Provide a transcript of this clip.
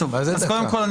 קודם כול,